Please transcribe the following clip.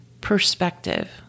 perspective